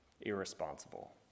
irresponsible